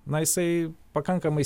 na jisai pakankamai